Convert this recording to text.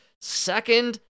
second